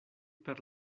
per